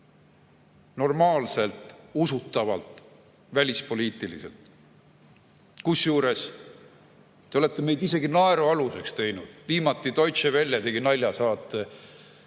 normaalselt, usutavalt, välispoliitiliselt. Kusjuures te olete meid isegi naerualuseks teinud. Viimati Deutsche Welle tegi naljasaate